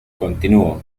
continuó